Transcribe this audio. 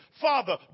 Father